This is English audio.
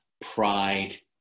pride